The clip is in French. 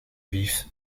vif